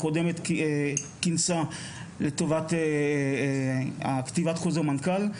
שכינסה צוות לטובת כתיבת חוזר המנכ"ל.